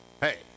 hey